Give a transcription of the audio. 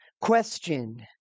question